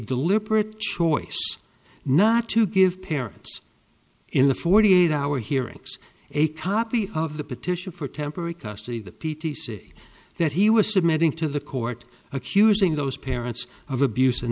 deliberate choice not to give parents in the forty eight hour hearings a copy of the petition for temporary custody the p t c that he was submitting to the court accusing those parents of abuse and